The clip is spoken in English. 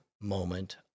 moment